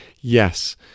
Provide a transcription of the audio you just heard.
yes